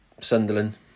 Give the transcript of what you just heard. Sunderland